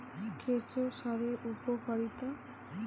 কেঁচো সারের উপকারিতা?